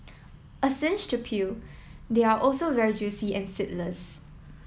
a cinch to peel they are also very juicy and seedless